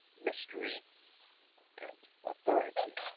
mystery and authority.